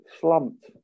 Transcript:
slumped